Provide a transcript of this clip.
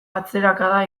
atzerakada